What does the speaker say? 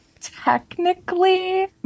Technically